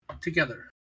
together